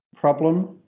problem